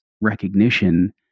recognition